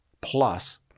plus